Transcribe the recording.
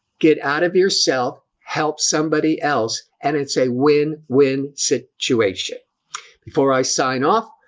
get out of yourself help somebody else and it's a win win situation before i sign off.